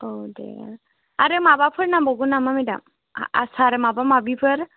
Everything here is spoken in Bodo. औ दे आरो माबाफोर नांबावगौ नामा मेडाम आसार माबा माबिफोर